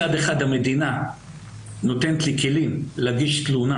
מצד אחד המדינה נותנת לי כלים להגיש תלונה